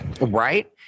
Right